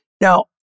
Now